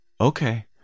okay